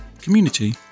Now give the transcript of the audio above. community